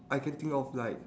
I can think of like